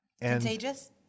Contagious